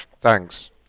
Thanks